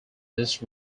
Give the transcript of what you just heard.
this